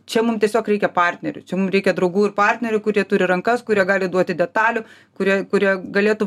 čia mum tiesiog reikia partnerių čia mum reikia draugų ir partnerių kurie turi rankas kurie gali duoti detalių kuria kurie galėtų